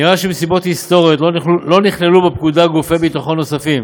נראה שמסיבות היסטוריות לא נכללו בפקודה גופי ביטחון נוספים